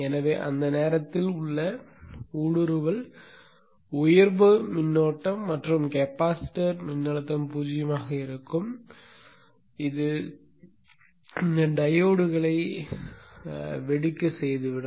எனவே அந்த நேரத்தில் உள்ள ஊடுருவல் உயர்வு மின்னோட்டம் மற்றும் கெபாசிட்டர் மின்னழுத்தம் பூஜ்ஜியமாக இருக்கும் இது இந்த டையோட்களை வெடிக்கச் செய்யும்